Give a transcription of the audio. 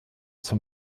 zum